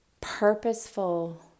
purposeful